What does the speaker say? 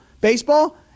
Baseball